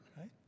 Right